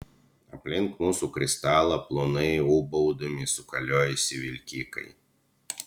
aplink mūsų kristalą plonai ūbaudami sukaliojosi vilkikai